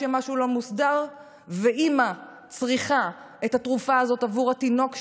כשמשהו לא מוסדר ואימא צריכה את התרופה הזאת בעבור התינוק שלה,